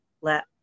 let